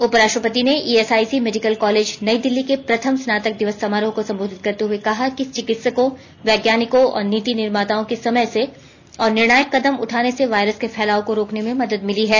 उपराष्ट्रपति ने ESIC medical college New Delhi के प्रथम स्नातक दिवस समारोह को संबोधित करते हुए कहा कि चिकित्सकों वैज्ञानिकों और नीति निर्माताओं के समय से और निर्णायक कदम उठाने से वायरस के फैलाव को रोकने में मदद मिली है